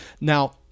now